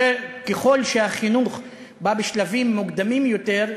ככל שהחינוך בא בשלבים מוקדמים יותר,